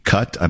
Cut